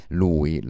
lui